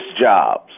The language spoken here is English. jobs